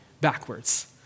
backwards